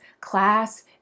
class